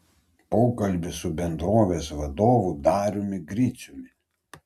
pokalbis su bendrovės vadovu dariumi griciumi